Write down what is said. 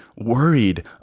worried